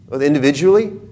individually